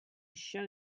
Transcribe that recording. show